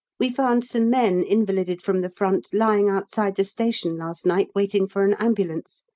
we found some men invalided from the front lying outside the station last night waiting for an ambulance,